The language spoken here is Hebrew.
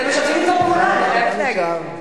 אתם משתפים אתו פעולה, אני חייבת להגיד.